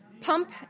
pump